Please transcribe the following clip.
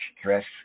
stress